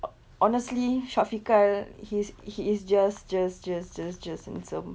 ho~ honestly syafiq kyle he's he is just just just just just handsome